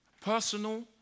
personal